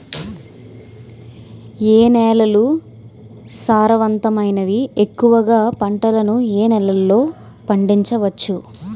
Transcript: ఏ నేలలు సారవంతమైనవి? ఎక్కువ గా పంటలను ఏ నేలల్లో పండించ వచ్చు?